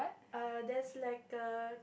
err there's like a